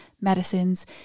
medicines